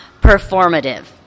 performative